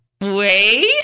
wait